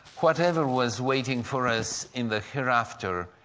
whatever was waiting for us in the hereafter,